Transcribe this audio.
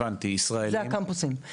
זה הקמפוסים.